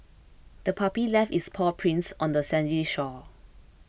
the puppy left its paw prints on the sandy shore